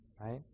right